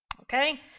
Okay